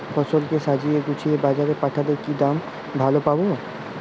ফসল কে সাজিয়ে গুছিয়ে বাজারে পাঠালে কি দাম ভালো পাব?